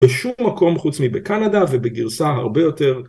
בשום מקום חוץ מבקנדה ובגרסה הרבה יותר